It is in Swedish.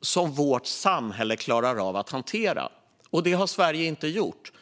som vårt samhälle klarar av att hantera. Det har Sverige inte gjort.